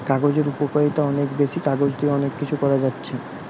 কাগজের উপকারিতা অনেক বেশি, কাগজ দিয়ে অনেক কিছু করা যাচ্ছে